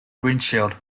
windshield